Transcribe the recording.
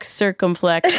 circumflex